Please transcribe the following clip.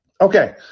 okay